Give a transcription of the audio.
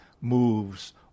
moves